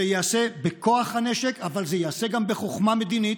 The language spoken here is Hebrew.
זה ייעשה בכוח הנשק אבל זה ייעשה גם בחוכמה מדינית,